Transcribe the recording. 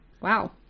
wow